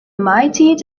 maitiid